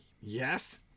Yes